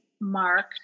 mark